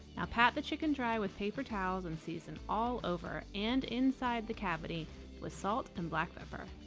now pat the chicken dry with paper towels and season all over and inside the cavity with salt and black pepper.